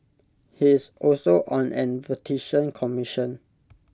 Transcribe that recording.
he is also on A Vatican commission